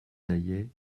naillet